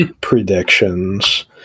predictions